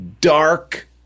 dark